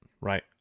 Right